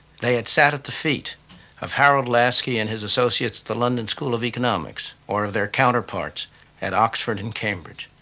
they had sat at the feet of harold laski and his associates at the london school of economics, or of their counterparts at oxford and cambridge.